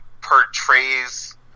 portrays